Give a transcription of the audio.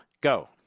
go